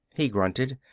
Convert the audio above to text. he grunted,